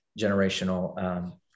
generational